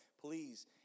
please